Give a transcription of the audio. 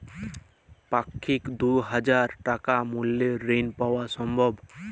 পাক্ষিক দুই হাজার টাকা মূল্যের ঋণ পাওয়া সম্ভব?